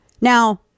Now